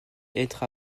être